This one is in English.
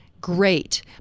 great